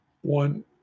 one